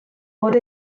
fod